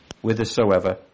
whithersoever